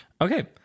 Okay